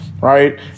right